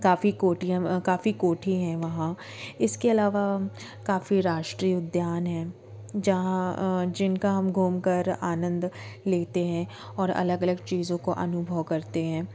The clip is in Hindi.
काफ़ी कोटियाँ काफ़ी कोठी हैं वहाँ इसके अलावा काफ़ी राष्ट्रीय उद्यान हैं जहाँ जिनका हम घूम कर आनंद लेते हैं और अलग अलग चीज़ों को अनुभव करते हैं